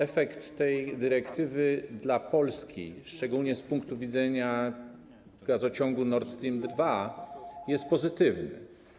Efekt tej dyrektywy dla Polski, szczególnie z punktu widzenia gazociągu Nord Stream 2, jest pozytywny.